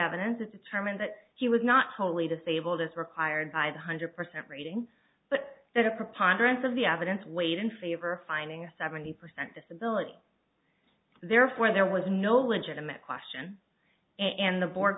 evidence and determined that she was not totally disabled as required by the hundred percent rating but that a preponderance of the evidence weighed in favor finding a seventy percent disability therefore there was no legitimate question and the board